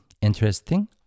interesting